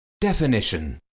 Definition